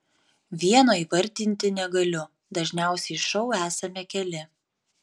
vieno įvardinti negaliu dažniausiai šou esame keli